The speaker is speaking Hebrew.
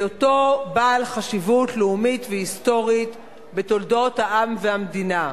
בהיותו בעל חשיבות לאומית והיסטורית בתולדות העם והמדינה,